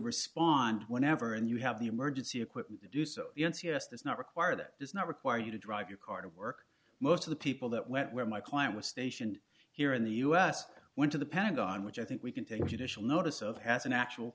respond whenever and you have the emergency equipment to do so the n c s that's not required it does not require you to drive your car to work most of the people that went where my client was stationed here in the us went to the pentagon which i think we can take judicial notice of has an actual